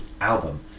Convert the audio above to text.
album